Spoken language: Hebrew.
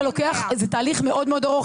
זה תהליך מאוד מאוד ארוך.